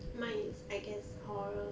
mine is I guess horror